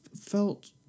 felt